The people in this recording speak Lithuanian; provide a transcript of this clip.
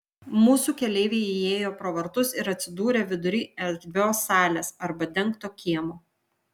mūsų keleiviai įėjo pro vartus ir atsidūrė vidury erdvios salės arba dengto kiemo